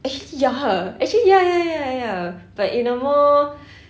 actually ya actually ya ya ya ya ya but in a more